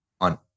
on